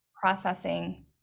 processing